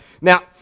Now